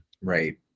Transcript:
right